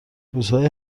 روزهای